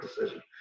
decision